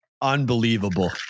unbelievable